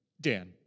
Dan